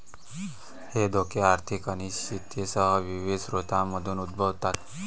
हे धोके आर्थिक अनिश्चिततेसह विविध स्रोतांमधून उद्भवतात